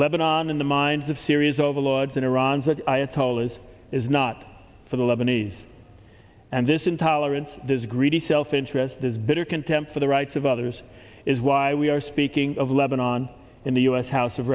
lebanon in the minds of syria's overlords in iran's that ayatollah is is not for the lebanese and this intolerance does greedy self interest this bitter contempt for the rights of others is why we are speaking of lebanon in the u s house of